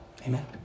Amen